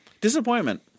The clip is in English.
disappointment